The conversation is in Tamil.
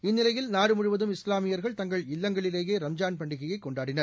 இந்நிலையில் நாடுமுழுவதும் இஸ்லாமியர்கள் இல்லங்களிலேயேரம்ஜான் தங்கள் பண்டிகையைகொண்டாடினர்